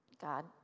God